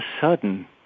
sudden